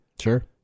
Sure